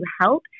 help